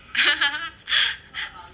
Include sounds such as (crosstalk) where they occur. (laughs)